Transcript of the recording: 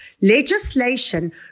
legislation